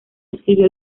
escribió